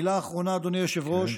מילה אחרונה, אדוני היושב-ראש.